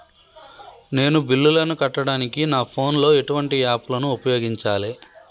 నేను బిల్లులను కట్టడానికి నా ఫోన్ లో ఎటువంటి యాప్ లను ఉపయోగించాలే?